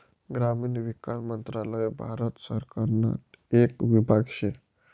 ग्रामीण विकास मंत्रालय भारत सरकारना येक विभाग शे